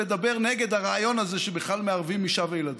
לדבר נגד הרעיון הזה שבכלל מערבים אישה וילדים.